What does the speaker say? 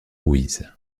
ruiz